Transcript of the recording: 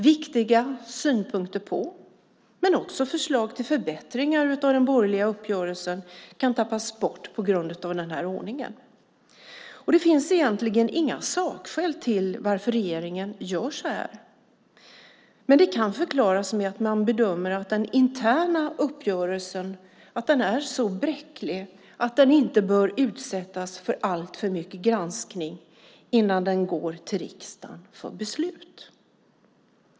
Viktiga synpunkter på - men också förslag till förbättringar av - den borgerliga uppgörelsen kan tappas bort på grund av den ordningen. Det finns egentligen inga sakskäl till varför regeringen gör så. Men det kan förklaras med att man bedömer att den interna uppgörelsen är så bräcklig att den inte bör utsättas för alltför mycket granskning innan den går till riksdagen för beslut.